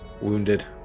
wounded